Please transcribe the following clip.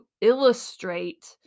illustrate